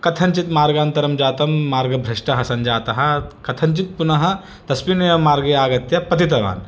कथञ्चित् मार्गान्तरं जातं मार्गभ्रष्टः सञ्जातः कथञ्चित् पुनः तस्मिन्नेव मार्गे आगत्य पतितवान्